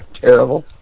Terrible